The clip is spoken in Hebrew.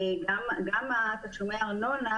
גם תשלומי הארנונה,